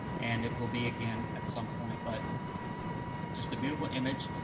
and it will be again at some point, but just a beautiful image,